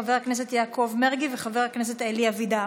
חבר הכנסת יעקב מרגי וחבר הכנסת אלי אבידר.